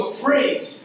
praise